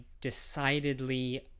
decidedly